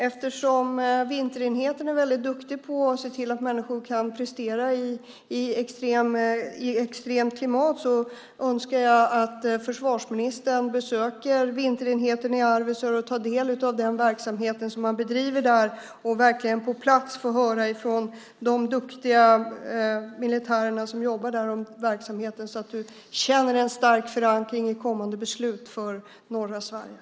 Eftersom vinterenheten är väldigt duktig på att se till att människor kan prestera bra i extremt klimat önskar jag att försvarsministern besöker vinterenheten i Arvidsjaur och tar del av den verksamhet som bedrivs där och verkligen på plats får höra från de duktiga militärer som jobbar där om verksamheten, så att han känner en stark förankring i norra Sverige inför kommande beslut.